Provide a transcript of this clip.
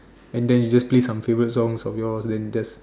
and then you just play some favourite songs of yours then just